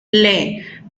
lee